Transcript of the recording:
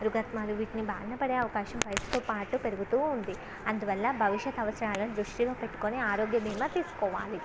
రుగ్మతలు వీటిని బారిన పడే అవకాశం వయసుతో పాటు పెరుగుతూ ఉంది అందువల్ల భవిష్యత్తు అవసరాలను దృష్టిలో పెట్టుకుని ఆరోగ్య భీమా తీసుకోవాలి